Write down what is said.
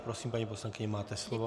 Prosím, paní poslankyně, máte slovo.